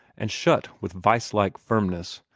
and shut with vice-like firmness,